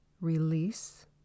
Release